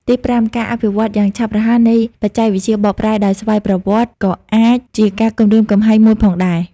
ទីប្រាំ ការអភិវឌ្ឍន៍យ៉ាងឆាប់រហ័សនៃបច្ចេកវិទ្យាបកប្រែដោយស្វ័យប្រវត្តិ ក៏អាចជាការគំរាមកំហែងមួយផងដែរ។